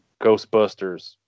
Ghostbusters